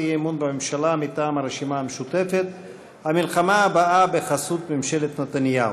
אי-אמון בממשלה מטעם הרשימה המשותפת: המלחמה הבאה בחסות ממשלת נתניהו.